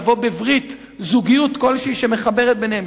לבוא בברית זוגיות כלשהי שמחברת ביניהם,